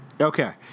Okay